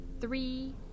three